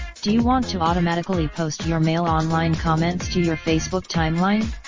do you want to automatically post your mailonline comments to your facebook timeline?